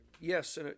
Yes